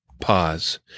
pause